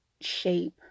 shape